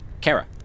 Kara